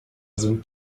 sind